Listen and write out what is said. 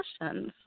questions